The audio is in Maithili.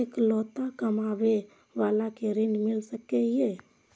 इकलोता कमाबे बाला के ऋण मिल सके ये?